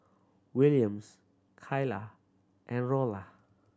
Williams Kaylah and Rolla